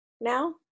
now